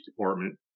department